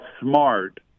smart